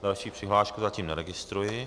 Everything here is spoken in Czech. Další přihlášku zatím neregistruji.